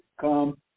come